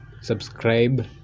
subscribe